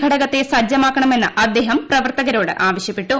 ഘടകത്തെ സ്ജ്മാക്കണമെന്ന് അദ്ദേഹം പ്രവർത്തകരോട് ആവശ്യപ്പെട്ടു